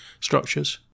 structures